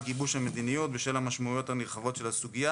גיבוש המדיניות בשל המשמעויות הנרחבות של הסוגיה,